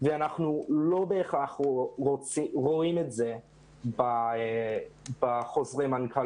ואנחנו לא בהכרח רואים את זה בחוזרי מנכ"ל